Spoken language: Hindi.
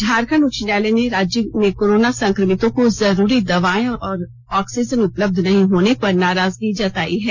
झारखंड उच्च न्यायालय ने राज्य कोरोना संक्रमितों को जरूरी दवाएं और ऑक्सीजन उपलब्ध नहीं होने पर नाराजगी जताई है